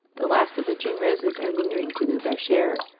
the last of the june roses are lingering to do their share,